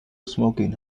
smoking